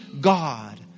God